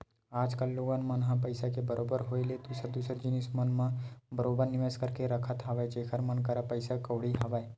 आज कल लोगन मन ह पइसा के बरोबर होय ले दूसर दूसर जिनिस मन म बरोबर निवेस करके रखत हवय जेखर मन करा पइसा कउड़ी हवय